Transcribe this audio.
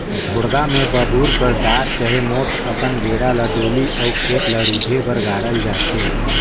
ढोड़गा मे बबूर कर डार चहे मोट अकन गेड़ा ल डोली अउ खेत ल रूधे बर गाड़ल जाथे